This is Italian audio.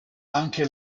anche